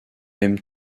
aime